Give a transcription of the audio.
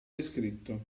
descritto